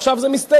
עכשיו זה מסתיים.